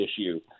issue